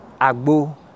Agbo